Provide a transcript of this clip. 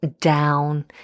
down